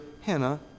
Hannah